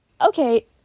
Okay